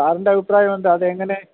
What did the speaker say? സാറിൻ്റെ അഭിപ്രായമെന്താണ് അതെങ്ങനെ